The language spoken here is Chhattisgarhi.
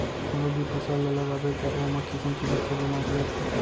कोनो भी फसल ल लगाबे त ओमा किसम किसम के बेमारी आथे